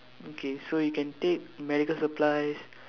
okay so you can take medical supplies